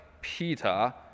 Peter